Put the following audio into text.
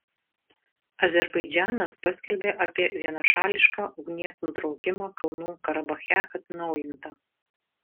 azerbaidžanas paskelbė apie vienašališką ugnies nutraukimą kalnų karabache atnaujinta